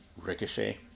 Ricochet